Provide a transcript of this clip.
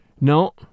No